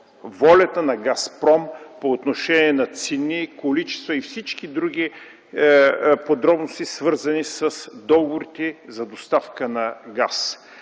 волята на „Газпром” по отношение на цени, количества и всички други подробности, свързани с договорите за доставка на газ.